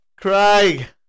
Craig